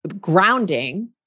grounding